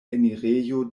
enirejo